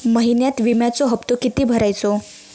महिन्यात विम्याचो हप्तो किती भरायचो?